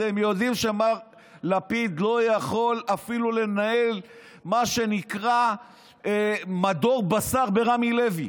אתם יודעים שמר לפיד לא יכול אפילו לנהל מה שנקרא מדור בשר ברמי לוי.